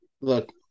look